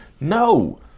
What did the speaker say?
No